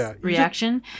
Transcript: reaction